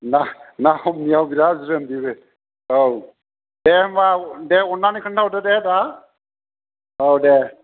ना ना हमनायाव बिरात ज्रोम बेबो औ दे होनबा दे अननानै खोन्था हरदो दे दा औ दे